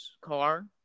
car